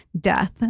death